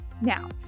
Now